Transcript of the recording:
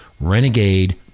renegade